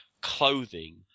clothing